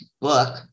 book